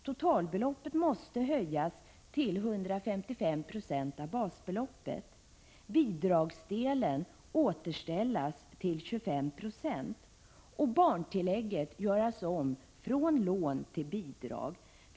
Totalbeloppet måste höjas till 155 90 av basbeloppet, bidragsdelen återställas till 25 96 och barntillägget göras om från lån till bidrag.